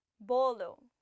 Bolo